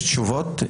יש תשובות?